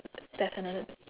that's another